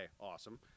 awesome